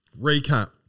recap